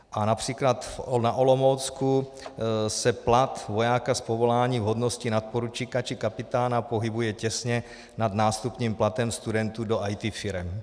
A například na Olomoucku se plat vojáka z povolání v hodnosti nadporučíka či kapitána pohybuje těsně nad nástupním platem studentů do IT firem.